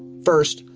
first,